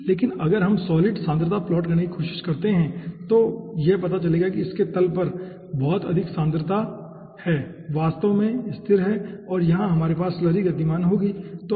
लेकिन अगर हम सॉलिड सांद्रता प्लॉट करने की कोशिश करते हैं तो यह पता चलेगा कि इसके तल पर बहुत अधिक सांद्रता है जो वास्तव में स्थिर है और यहाँ हमारे पास स्लरी गतिमान होगी ठीक है